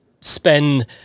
spend